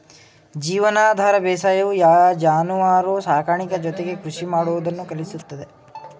ಜೀವನಾಧಾರ ಬೇಸಾಯವು ಜಾನುವಾರು ಸಾಕಾಣಿಕೆ ಜೊತೆಗೆ ಕೃಷಿ ಮಾಡುವುದನ್ನು ಕಲಿಸುತ್ತದೆ